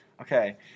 Okay